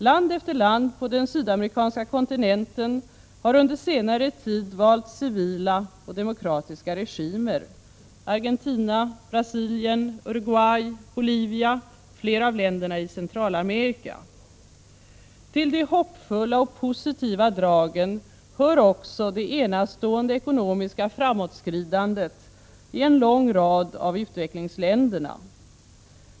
Land efter land på den sydamerikanska kontinenten har under senare tid valt civila och demokratiska regimer — Argentina, Brasilien, Uruguay, Bolivia och flera av länderna i Centralamerika. Till de hoppfulla och positiva dragen hör också det enastående ekonomiska framåtskridandet i en lång rad av utvecklingsländerna.